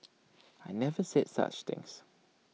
I never said such things